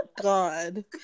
god